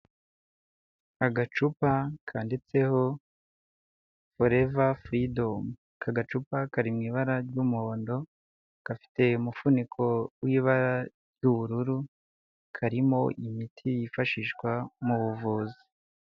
Agacupa kanditseho foreva furidomu. Aka gacupa kari mu ibara ry'umuhondo gafite umufuniko w'ibara ry'ubururu, karimo imiti yifashishwa mu buvuzi.